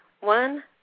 One